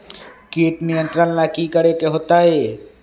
किट नियंत्रण ला कि करे के होतइ?